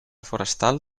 forestal